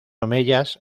omeyas